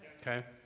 Okay